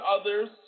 others